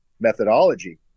methodology